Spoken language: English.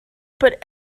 put